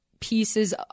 pieces